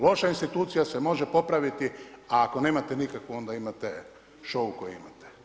Loša institucija se može popraviti, a ako nemate nikakvu, onda imate show koji imate.